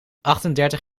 achtendertig